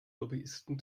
lobbyisten